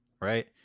right